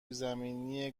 زمینی